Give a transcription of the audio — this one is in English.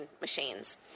machines